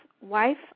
Wife